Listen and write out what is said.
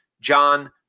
John